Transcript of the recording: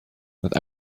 that